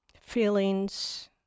feelings